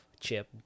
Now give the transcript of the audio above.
chip